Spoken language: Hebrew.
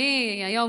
היום,